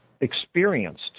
experienced